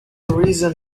reason